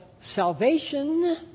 salvation